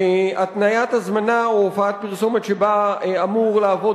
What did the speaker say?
התניית הזמנה או הופעת פרסומת שבה אמור לעבוד